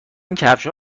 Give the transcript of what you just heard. کفشها